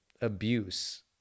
abuse